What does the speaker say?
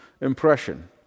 impression